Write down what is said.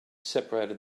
separated